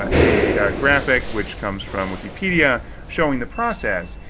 ah a, graphic, which comes from wikipedia showing the process.